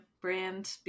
brand